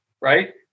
right